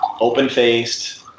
open-faced